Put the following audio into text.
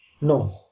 No